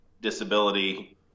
disability